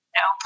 no